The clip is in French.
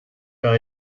par